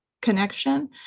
connection